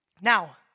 Now